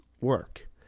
work